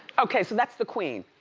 okay so that's the queen.